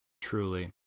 Truly